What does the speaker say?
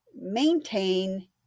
Maintain